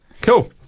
Cool